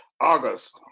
August